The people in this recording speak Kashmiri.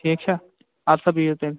ٹھیٖک چھا اَدٕ سا بِہو تیٚلہِ